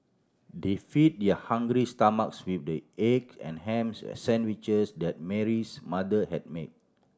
they fed their hungry stomachs with the egg and ham sandwiches that Mary's mother had made